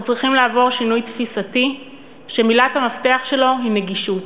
אנחנו צריכים לעבור שינוי תפיסתי שמילת המפתח שלו היא נגישות,